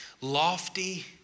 lofty